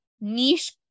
niche